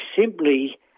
simply